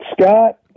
Scott